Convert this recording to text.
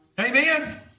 Amen